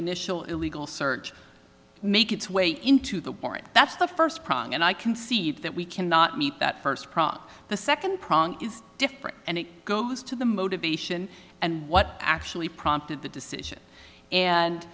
initial illegal search make its way into the warrant that's the first prong and i can see that we cannot meet that first prop the second prong is different and it goes to the motivation and what actually prompted the decision and